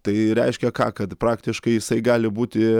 tai reiškia ką kad praktiškai jisai gali būti